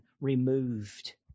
removed